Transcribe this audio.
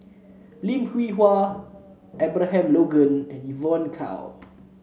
Lim Hwee Hua Abraham Logan and Evon Kow